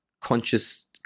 conscious